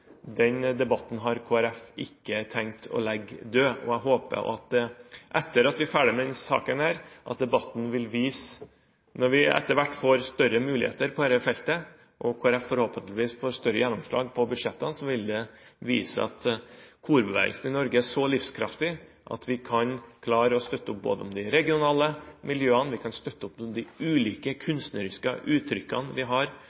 legge død. Jeg håper også at etter at vi er ferdig med denne saken, vil debatten vise – når vi etter hvert får større muligheter på dette feltet, og Kristelig Folkeparti forhåpentligvis får større gjennomslag på budsjettene – at korbevegelsen i Norge er så livskraftig at vi kan klare å støtte opp om de regionale miljøene, vi kan støtte opp om de ulike kunstneriske uttrykkene vi har